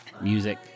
Music